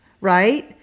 right